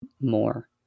more